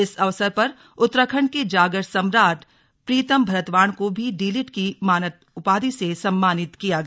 इस अवसर पर उत्तराखंड के जागर सम्राट प्रीतम भरतवाण को भी डी लिट की मानद उपाधि से सम्मानित किया गया